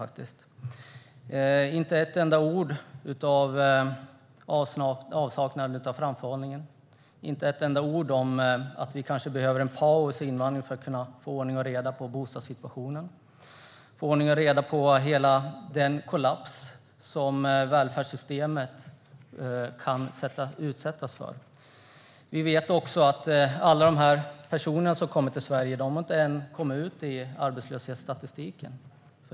Du säger inte ett enda ord om avsaknaden av framförhållning, inte ett enda ord om att vi kanske behöver en paus i invandringen för att få ordning och reda på bostadssituationen och motverka den kollaps som välfärdssystemet kan utsättas för. Vi vet också att alla de personer som kommit till Sverige ännu inte har kommit in i arbetslöshetsstatistiken.